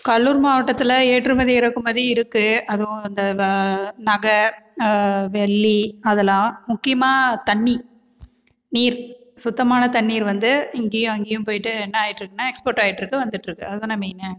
கல்லூர் மாவட்டத்தில் ஏற்றுமதி இறக்குமதி இருக்குது அதுவும் அந்த வ நகை வெள்ளி அதுலாம் முக்கியமாக தண்ணீர் நீர் சுத்தமான தண்ணீர் வந்து இங்கேயும் அங்கேயும் போயிட்டு எண்ணாயிற்றுக்குன்னா எக்ஸ்போர்ட் ஆயிற்றுக்கு வந்துட்ருக்குது அது தானே மெயினு